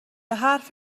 حرف